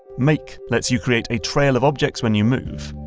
make lets you create a trail of objects when you move.